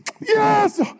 Yes